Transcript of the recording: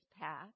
path